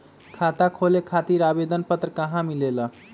खाता खोले खातीर आवेदन पत्र कहा मिलेला?